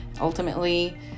ultimately